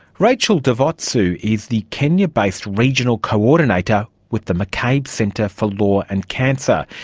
rachel devotsu is the kenya-based regional coordinator with the mccabe centre for law and cancer.